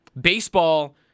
Baseball